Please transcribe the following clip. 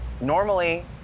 normally